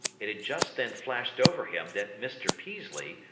it had just then flashed over him that mr. peaslee,